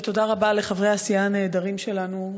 ותודה רבה לחברי הסיעה הנהדרים שלנו,